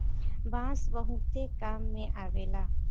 बांस बहुते काम में अवेला